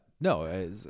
No